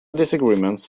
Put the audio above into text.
disagreements